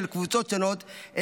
של קבוצות שונות,